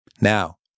Now